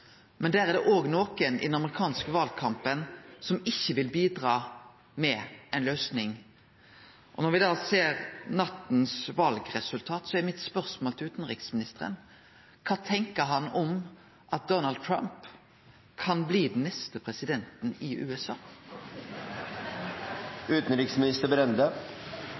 Men i den amerikanske valkampen er det òg nokon som ikkje vil bidra til ei løysing. Og når me ser valresultatet frå i natt, er mitt spørsmål til utanriksministeren: Kva tenkjer han om at Donald Trump kan bli den neste presidenten i USA?